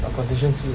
but concession 是